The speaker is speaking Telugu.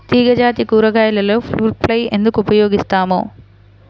తీగజాతి కూరగాయలలో ఫ్రూట్ ఫ్లై ఎందుకు ఉపయోగిస్తాము?